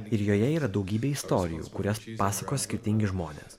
ir joje yra daugybė istorijų kurias pasakos skirtingi žmonės